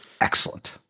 Excellent